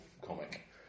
Comic